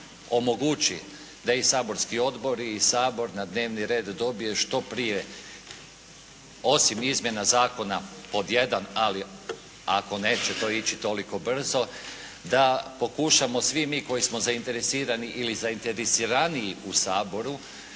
da omogući da i saborski odbor i Sabor na dnevni red dobije što prije osim izmjena zakona pod jedan ali ako neće to ići toliko brzo da pokušamo svi mi koji smo zainteresirani ili zainteresiraniji u Saboru